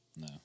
No